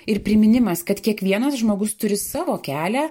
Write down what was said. ir priminimas kad kiekvienas žmogus turi savo kelią